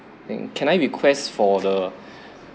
and can I request for the